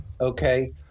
okay